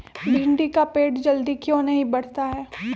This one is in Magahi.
भिंडी का पेड़ जल्दी क्यों नहीं बढ़ता हैं?